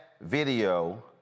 video